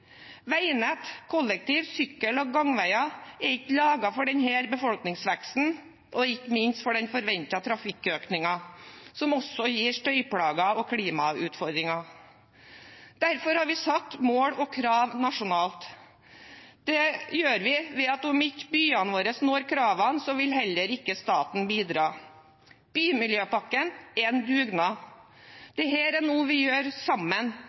Veinett, kollektiv, sykkel- og gangveier er ikke laget for denne befolkningsveksten og ikke minst for den forventede trafikkøkningen, som gir både støyplager og klimautfordringer. Derfor har vi satt mål og krav nasjonalt. Det gjør vi ved å si at om ikke byene våre når kravet, vil heller ikke staten bidra. Bymiljøpakken er en dugnad. Dette er noe vi gjør sammen,